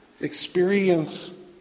experience